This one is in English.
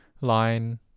Line